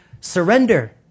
surrender